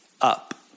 up